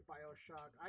Bioshock